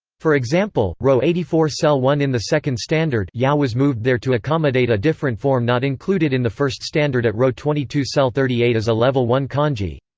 for example, row eighty four cell one in the second standard yeah was moved there to accommodate a different form not included in the first standard at row twenty two cell thirty eight as a level one kanji